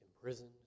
imprisoned